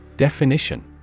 Definition